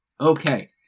Okay